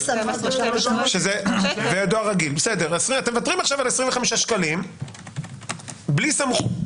(קריאות) --- אתם מוותרים עכשיו על 25 שקלים בלי סמכות.